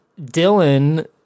Dylan